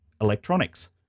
electronics